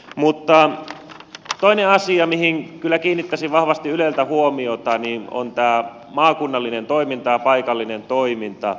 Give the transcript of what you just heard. mutta toinen asia mihin kyllä kiinnittäisin vahvasti ylessä huomiota on tämä maakunnallinen toiminta ja paikallinen toiminta